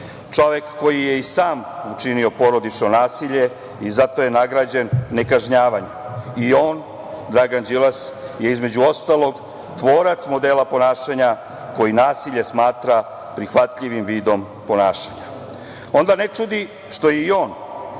čovek koji je i sam učinio porodično nasilje i zato je nagrađen nekažnjavanjem. On, Dragan Đilas, je između ostalog tvorac modela ponašanja koji nasilje smatra prihvatljivim vidom ponašanja. Onda ne čudi što je on